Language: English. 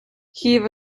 heave